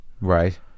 Right